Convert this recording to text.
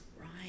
right